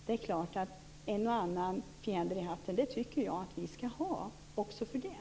En eller annan fjäder i hatten tycker jag att vi skall ha också för det.